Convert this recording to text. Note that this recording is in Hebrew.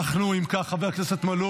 חבר הכנסת מלול,